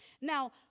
Now